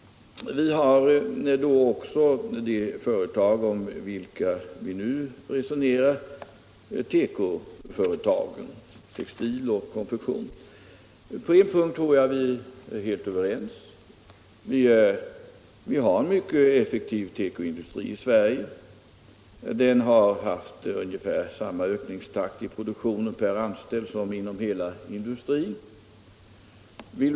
Vi har även sådana företag som vi nu resonerar På en punkt tror jag vi är helt överens. Vi har en mycket effektiv tekoindustri i Sverige. Den har haft ungefär samma takt i ökningen av produktionen per anställd som industrin i dess helhet.